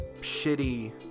shitty